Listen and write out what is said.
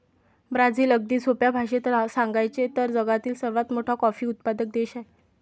Brazil, अगदी सोप्या भाषेत सांगायचे तर, जगातील सर्वात मोठा कॉफी उत्पादक देश आहे